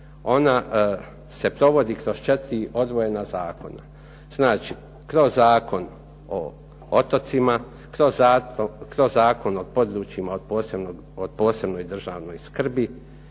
ona se provodi kroz četiri odvojena zakona. Znači, kroz Zakon o otocima, kroz Zakon o područjima od posebne državne skrbi,